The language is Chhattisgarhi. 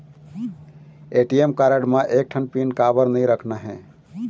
ए.टी.एम कारड म एक ठन पिन काबर नई रखना हे?